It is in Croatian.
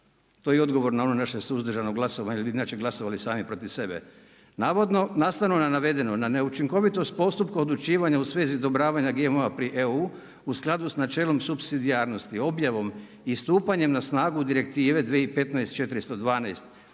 To je i odgovor na ono naše suzdržano glasovanje, jer bi inače glasovali sami protiv sebe. Navodno nastavno na navedeno na neučinkovitost postupka odlučivanja u svezi odobravanja GMO-a pri EU u skladu sa načelom supsidijarnosti, objavom i stupanjem na snagu Direktive 2015./412,